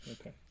Okay